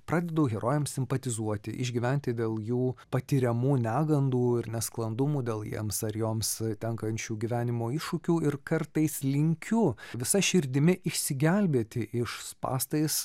pradedu herojams simpatizuoti išgyventi dėl jų patiriamų negandų ir nesklandumų dėl jiems ar joms tenkančių gyvenimo iššūkių ir kartais linkiu visa širdimi išsigelbėti iš spąstais